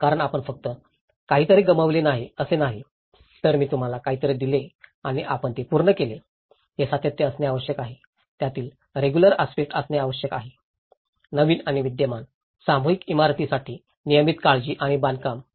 कारण आपण फक्त काहीतरी गमावले नाही असे नाही तर मी तुम्हाला काहीतरी दिले आणि आपण ते पूर्ण केले ते सातत्य असणे आवश्यक आहे त्यातील रेगुलर आस्पेक्टस आणणे आवश्यक आहे नवीन आणि विद्यमान सामुदायिक इमारतींसाठी नियमित काळजी आणि बांधकाम काम